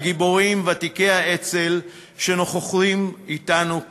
הגיבורים ותיקי האצ"ל שנוכחים אתנו כאן,